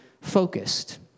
focused